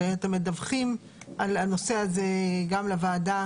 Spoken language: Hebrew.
הרי אתם מדווחים על הנושא הזה גם לוועדה.